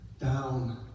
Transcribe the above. down